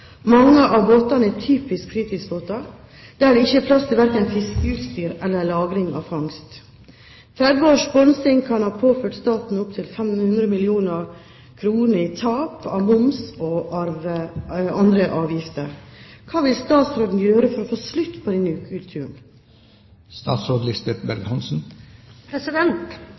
Mange av båtene er typiske fritidsbåter, der det ikke er plass til verken fiskeutstyr eller lagring av fangst. 30 års sponsing kan ha påført staten opptil 500 mill. kr i tap av moms og andre avgifter. Hva vil statsråden gjøre for å få slutt på